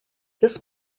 this